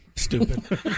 Stupid